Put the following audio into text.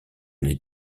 les